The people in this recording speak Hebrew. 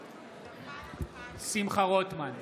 נגד שמחה רוטמן,